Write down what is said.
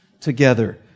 together